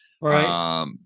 right